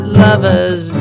lovers